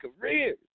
careers